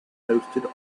posted